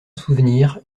souvenir